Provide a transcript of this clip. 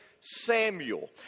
Samuel